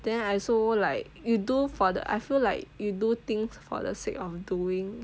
then I also like you do for the I feel like you do things for the sake of doing